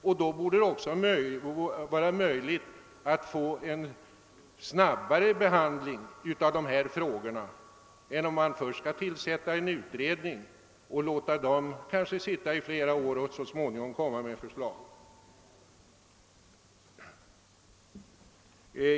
Därför borde det vara möjligt att få till stånd en snabbare behandling av dessa frågor än genom att tillsätta en utredning som kanske måste arbeta i flera år innan den framlägger sina förslag.